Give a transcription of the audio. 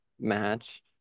match